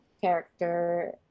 character